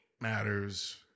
matters